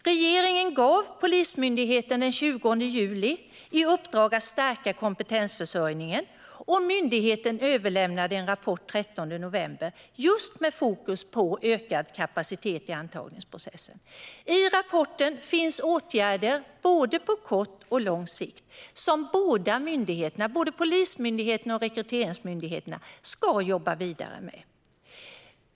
Regeringen gav den 20 juli Polismyndigheten i uppdrag att stärka kompetensförsörjningen, och myndigheten överlämnade en rapport den 13 november just med fokus på ökad kapacitet i antagningsprocessen. I rapporten finns åtgärder både på kort och på lång sikt som både Polismyndigheten och Rekryteringsmyndigheten ska jobba vidare med.